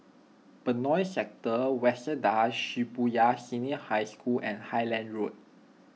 Benoi Sector Waseda Shibuya Senior High School and Highland Road